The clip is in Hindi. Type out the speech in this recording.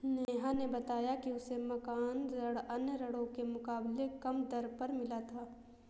नेहा ने बताया कि उसे मकान ऋण अन्य ऋणों के मुकाबले कम दर पर मिला था